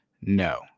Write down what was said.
No